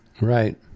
right